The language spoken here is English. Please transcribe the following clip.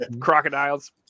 crocodiles